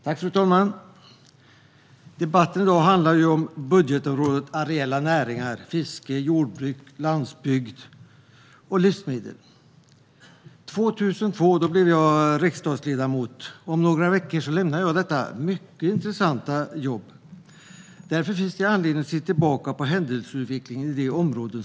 Fru talman! Debatten i dag handlar om budgetområdet areella näringar, fiske, jordbruk, landsbygd och livsmedel. År 2002 blev jag riksdagsledamot. Om några veckor lämnar jag detta mycket intressanta jobb. Därför finns det anledning att se tillbaka på händelseutvecklingen på detta område.